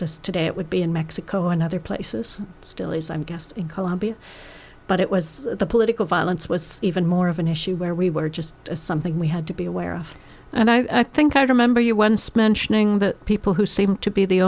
as today it would be in mexico and other places it still is i'm guessing colombia but it was the political violence was even more of an issue where we were just something we had to be aware of and i think i remember you once mentioned thing that people who seem to be the